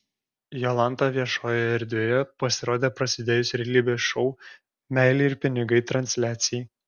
jolanta viešojoje erdvėje pasirodė prasidėjus realybės šou meilė ir pinigai transliacijai